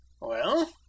Well